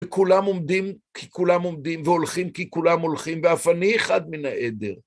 וכולם עומדים, כי כולם עומדים, והולכים, כי כולם הולכים, ואף אני אחד מן העדר.